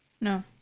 No